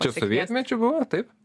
čia sovietmečiu buvo taip